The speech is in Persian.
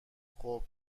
خوب